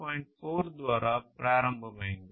4 ద్వారా ప్రారంభమైంది